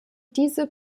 diese